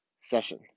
session